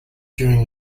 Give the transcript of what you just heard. during